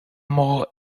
more